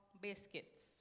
biscuits